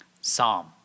Psalm